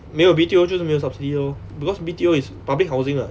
没有 B_T_O 就是没有 subsidy lor because B_T_O is public housing [what]